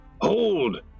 Hold